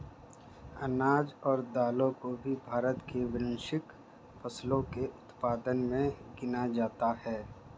अनाज और दालों को भी भारत की वार्षिक फसलों के उत्पादन मे गिना जाता है